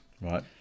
Right